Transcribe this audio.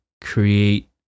Create